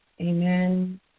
Amen